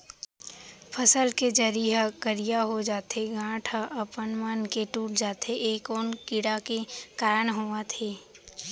फसल के जरी ह करिया हो जाथे, गांठ ह अपनमन के टूट जाथे ए कोन कीड़ा के कारण होवत हे?